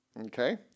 Okay